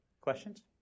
Questions